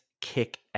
kick